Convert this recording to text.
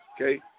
Okay